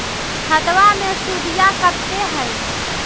खतबा मे सुदीया कते हय?